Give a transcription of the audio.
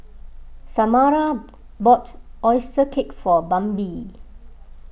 Samara bought Oyster Cake for Bambi